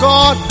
God